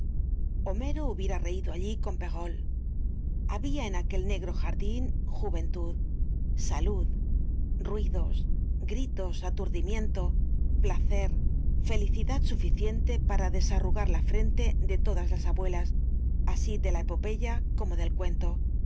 homero hubiera rcido allí con perrault habia en aquel negro jardin juventud salud ruido gritos aturdimiento placer felicidad suficiente para desarrugar la frente de todas las abuelas asi de la epopeya como del cuento asi